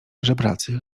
żebracy